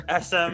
SM